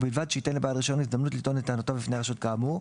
ובלבד שייתן לבעל הרישיון הזדמנות לטעון את טענותיו לפני הרשות כאמור,